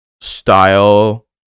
style